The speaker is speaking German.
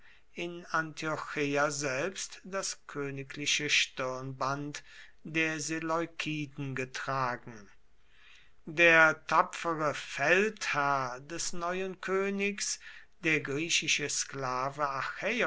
in antiocheia selbst das königliche stirnband der seleukiden getragen der tapfere feldherr des neuen königs der griechische sklave